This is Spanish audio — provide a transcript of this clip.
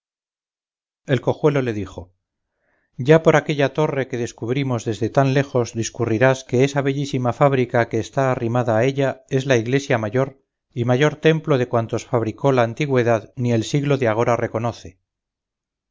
el cojuelo le dijo ya por aquella torre que descubrimos desde tan lejos discurrirás que esa bellísima fábrica que está arrimada a ella es la iglesia mayor y mayor templo de cuantos fabricó la antigüedad ni el siglo de agora reconoce